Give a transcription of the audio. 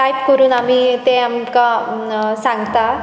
type करून आमी ते आमकां सांगता